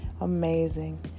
Amazing